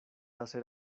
hacer